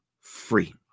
free